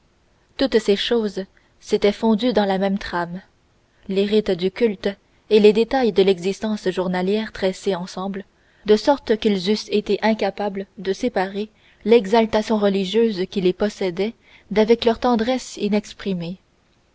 toutes ces choses s'étaient fondues dans la même trame les rites du culte et les détails de l'existence journalière tressés ensemble de sorte qu'ils eussent été incapables de séparer l'exaltation religieuse qui les possédait d'avec leur tendresse